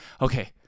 okay